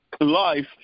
life